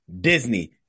Disney